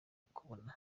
ukubona